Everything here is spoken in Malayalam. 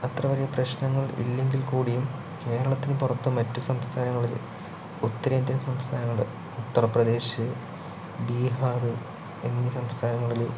അത്ര വലിയ പ്രശ്നങ്ങൾ ഇല്ലെങ്കിൽക്കൂടിയും കേരളത്തിന് പുറത്തു മറ്റു സംസ്ഥാനങ്ങളില് ഉത്തരേന്ത്യൻ സംസ്ഥാനങ്ങള് ഉത്തർപ്രദേശ് ബീഹാറ് എന്നി സംസ്ഥാനങ്ങളില്